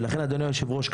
ולכן אדוני היושב-ראש,